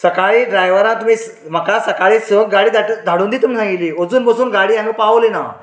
सकाळी ड्रायवरा बीन म्हाका सकाळी सक गाडी धाडटा धाडून दिता सांगिल्ली अजून पसून गाडी हांगा पावली ना